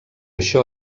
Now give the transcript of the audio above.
això